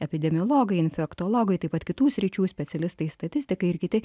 epidemiologai infektologai taip pat kitų sričių specialistai statistikai ir kiti